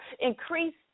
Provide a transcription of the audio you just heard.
increase